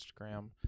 instagram